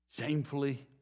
shamefully